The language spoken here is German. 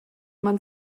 man